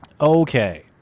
okay